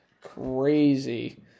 crazy